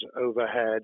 overhead